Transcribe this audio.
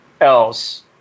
else